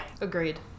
agreed